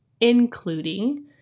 including